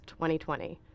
2020